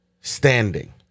standing